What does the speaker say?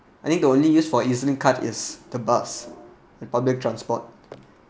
I think the only use for E_Z_link card is the bus and public transport